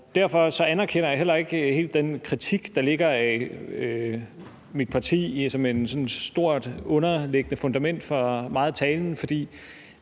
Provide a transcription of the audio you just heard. Derfor anerkender jeg heller ikke hele den kritik af mit parti, der ligger som et stort, underliggende fundament for meget af talen.